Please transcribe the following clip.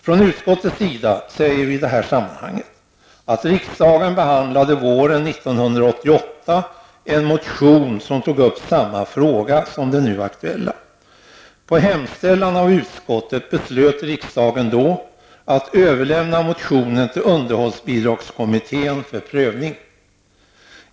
Från utskottsmajoritetens sida säger vi i detta sammanhang att riksdagen våren 1988 behandlade en motion som tog upp samma fråga som den nu aktuella. På hemställan av utskottet beslöt riksdagen då att överlämna motionen till underhållsbidragskommittén för prövning.